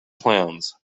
clowns